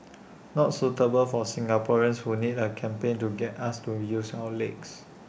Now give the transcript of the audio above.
not suitable for Singaporeans who need A campaign to get us to use our legs